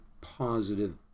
positive